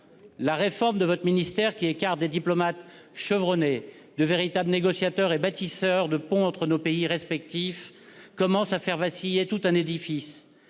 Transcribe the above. La réforme de votre ministère, qui écarte des diplomates chevronnés, véritables négociateurs et bâtisseurs de ponts entre nos pays respectifs, commence à faire vaciller tout un édifice.